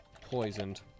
Poisoned